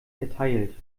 erteilt